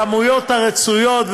בכמויות הרצויות,